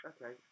Okay